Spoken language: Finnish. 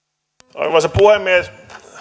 arvoisa puhemies